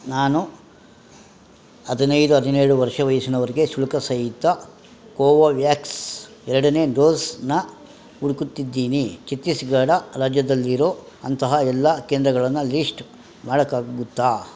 ನಾನು ಹದಿನೈದು ಹದಿನೇಳು ವರ್ಷ ವಯಸ್ಸಿನವರಿಗೆ ಶುಲ್ಕಸಹಿತ ಕೋವೋವ್ಯಾಕ್ಸ್ ಎರಡನೇ ಡೋಸನ್ನ ಹುಡುಕುತ್ತಿದ್ದೀನಿ ಛತ್ತೀಸ್ಗಢ ರಾಜ್ಯದಲ್ಲಿರೋ ಅಂತಹ ಎಲ್ಲ ಕೇಂದ್ರಗಳನ್ನು ಲೀಸ್ಟ್ ಮಾಡೋಕ್ಕಾಗುತ್ತಾ